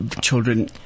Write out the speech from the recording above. children